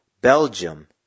Belgium